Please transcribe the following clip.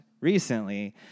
recently